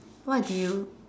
what did you